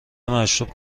مشروب